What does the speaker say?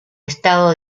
estado